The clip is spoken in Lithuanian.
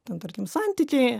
ten tarkim santykiai